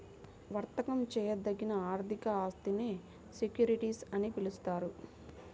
వర్తకం చేయదగిన ఆర్థిక ఆస్తినే సెక్యూరిటీస్ అని పిలుస్తారు